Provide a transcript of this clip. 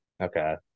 Okay